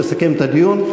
תסכם את הדיון.